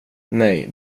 nej